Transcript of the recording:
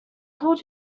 told